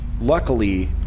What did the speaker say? luckily